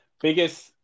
biggest –